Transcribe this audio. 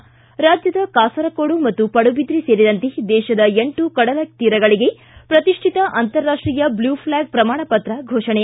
ಿ ರಾಜ್ಯದ ಕಾಸರಕೋಡು ಮತ್ತು ಪಡುಬಿದ್ರಿ ಸೇರಿದಂತೆ ದೇಶದ ಎಂಟು ಕಡಲ ತೀರಗಳಿಗೆ ಪ್ರತಿಷ್ಠಿತ ಅಂತಾರಾಷ್ಷೀಯ ಬ್ಲ್ಯೂ ಫ್ಲ್ಯಾಗ್ ಪ್ರಮಾಣಪತ್ರ ಘೋಷಣೆ